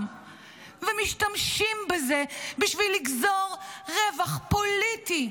ומשתמשים בזה בשביל לגזור רווח פוליטי.